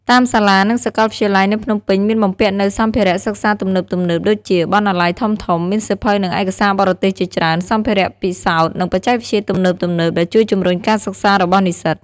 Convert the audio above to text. តាមសាលានិងសាកលវិទ្យាល័យនៅភ្នំពេញមានបំពាក់នូវសម្ភារៈសិក្សាទំនើបៗដូចជា បណ្ណាល័យធំៗ មានសៀវភៅនិងឯកសារបរទេសជាច្រើន សម្ភារៈពិសោធន៍ និងបច្ចេកវិទ្យាទំនើបៗ ដែលជួយជំរុញការសិក្សារបស់និស្សិត។